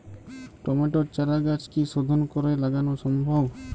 টমেটোর চারাগাছ কি শোধন করে লাগানো সম্ভব?